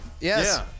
Yes